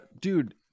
Dude